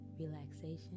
relaxation